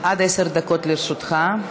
עד עשר דקות לרשותך.